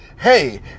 Hey